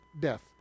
death